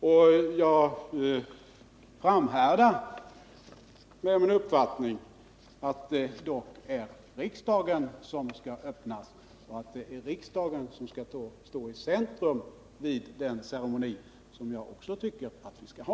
Och jag framhärdar i min uppfattning att det dock är riksdagen som skall öppnas och att det är riksdagen som skall stå i centrum vid den ceremoni som jag också tycker att vi skall ha.